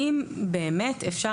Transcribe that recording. אפשר